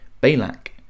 Balak